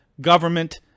government